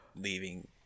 leaving